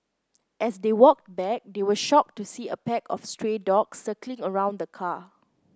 as they walked back they were shocked to see a pack of stray dogs circling around the car